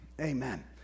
Amen